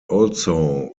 also